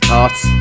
arts